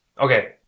Okay